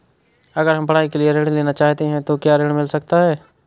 अगर हम पढ़ाई के लिए ऋण लेना चाहते हैं तो क्या ऋण मिल सकता है?